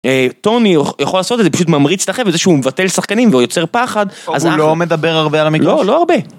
טוני יכול לעשות את זה, פשוט ממריץ את החבר'ה, שהוא מבטל שחקנים והוא יוצר פחד הוא לא מדבר הרבה על המגלוש לא, לא הרבה